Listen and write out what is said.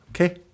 Okay